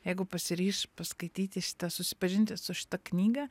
jeigu pasiryš paskaityti šitą susipažinti su šita knyga